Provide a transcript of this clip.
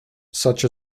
such